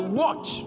watch